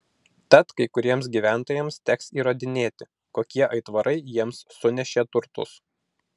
tad kai kuriems gyventojams teks įrodinėti kokie aitvarai jiems sunešė turtus